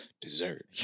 dessert